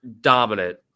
dominant